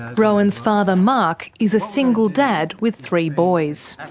rohan's father, mark, is a single dad with three boys.